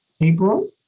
April